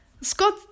Scott